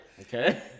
Okay